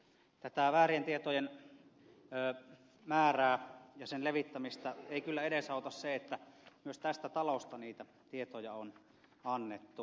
tätä väärien tietojen määrää ja levittämistä ei kyllä edesauta se että myös tästä talosta niitä tietoja on annettu